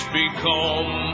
become